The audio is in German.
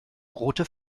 rote